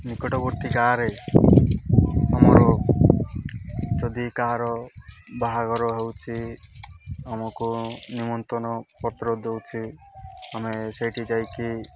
ନିକଟବର୍ତ୍ତୀ ଗାଁରେ ଆମର ଯଦି କାହାର ବାହାଘର ହେଉଛି ଆମକୁ ନିମନ୍ତ୍ରଣ ପତ୍ର ଦେଉଛି ଆମେ ସେଇଠି ଯାଇକି